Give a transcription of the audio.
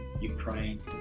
ukraine